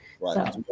Right